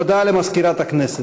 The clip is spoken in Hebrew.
הודעה למזכירת הכנסת.